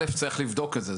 דבר ראשון צריך לבדוק את זה,